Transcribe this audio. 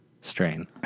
Strain